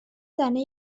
زنه